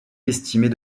estimée